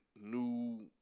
new